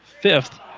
fifth